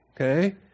Okay